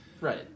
right